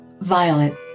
Violet